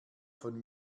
von